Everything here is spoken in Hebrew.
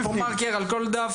יש לי פה מרקר על כל דף.